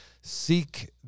seek